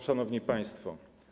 Szanowni Państwo!